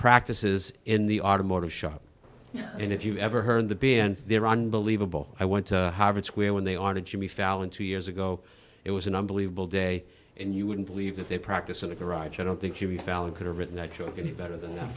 practices in the automotive shop and if you've ever heard the been there unbelievable i went to harvard square when they are the jimmy fallon two years ago it was an unbelievable day and you wouldn't believe that they practice in the garage i don't think you're a felon could have written i took any better than